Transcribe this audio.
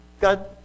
God